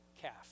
calf